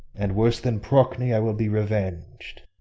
and worse than progne i will be reveng'd.